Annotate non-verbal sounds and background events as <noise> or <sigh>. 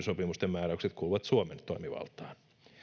<unintelligible> sopimusten määräykset kuuluvat suomen toimivaltaan